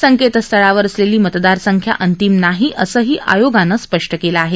संकेतस्थळावर असलेली मतदार संख्या अंतिम नाही असंही आयोगानं स्पष्ट केलं आहे